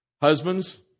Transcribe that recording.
husbands